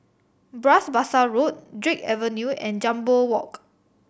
Bras Basah Road Drake Avenue and Jambol Walk